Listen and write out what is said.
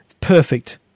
Perfect